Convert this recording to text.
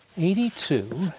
eighty two,